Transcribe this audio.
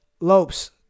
Lopes